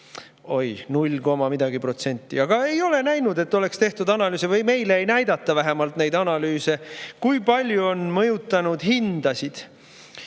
koma midagi protsenti. Aga ei ole näinud, et oleks tehtud analüüse, või meile ei näidata neid analüüse, kui palju on mõjutanud hindasid